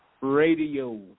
radio